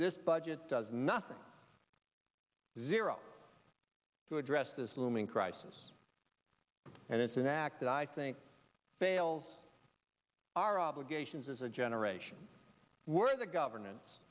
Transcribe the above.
this budget does nothing to zero to address this looming crisis and it's an act that i think fails araba as a generation we're the governance